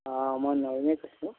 অঁ মই নয়নে কৈছোঁ